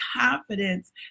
confidence